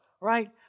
right